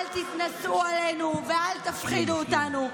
אל תתנשאו עלינו ואל תפחידו אותנו.